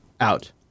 out